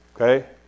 Okay